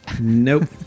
Nope